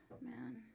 Man